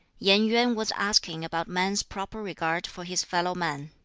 yen yuen was asking about man's proper regard for his fellow-man.